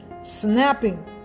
snapping